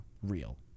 Real